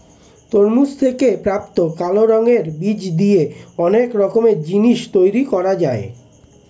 তরমুজ থেকে প্রাপ্ত কালো রঙের বীজ দিয়ে অনেক রকমের জিনিস তৈরি করা যায়